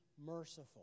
merciful